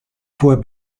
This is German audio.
vor